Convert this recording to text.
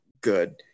good